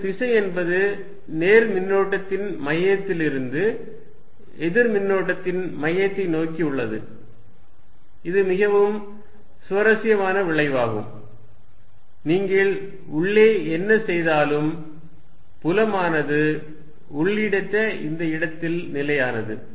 இதன் திசை என்பது நேர் மின்னூட்டத்தின் மையத்திலிருந்து எதிர் மின்னூட்டத்தின் மையத்தை நோக்கி உள்ளது இது மிகவும் சுவாரஸ்யமான விளைவாகும் நீங்கள் உள்ளே என்ன செய்தாலும் புலமானது உள்ளீடற்ற இந்த இடத்தில் நிலையானது